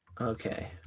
Okay